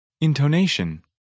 Intonation